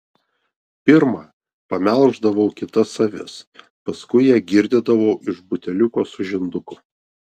pirma pamelždavau kitas avis paskui ją girdydavau iš buteliuko su žinduku